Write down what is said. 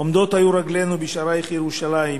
עֹמדות היו רגלנו בשעריִך ירושלם,